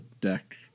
deck